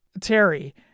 Terry